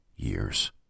years